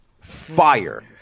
Fire